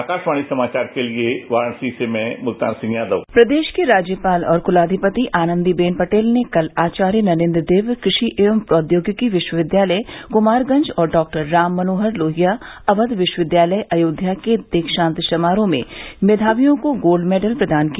आकाशवाणी समाचार के लिए वाराणसी से मैं मुल्तान सिंह यादव प्रदेश की राज्यपाल और कुलाधिपति आनन्दीबेन पटेल ने कल आचार्य नरेन्द्र देव कृषि एवं प्रौद्योगिकी विश्वविद्यालय कुमारगंज और डॉक्टर राममनोहर लोहिया अवध विश्वविद्यालय अयोध्या के दीक्षांत समारोह में मेधार्वीओं को गोल्ड मेडल प्रदान किया